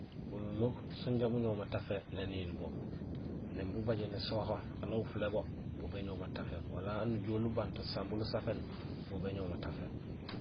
Bununuk sénja buñoow matafé néniin bo. Néén bubajéér ésoho, aan awufulé bo, béñoow matafé wala aan nujool ubanto sambuun usapéén bo béñoow matafé.